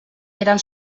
eren